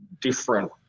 different